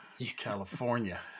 California